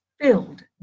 filled